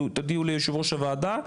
תודיעו ליושב ראש הוועדה,